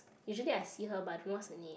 usually I see her but don't know what's her name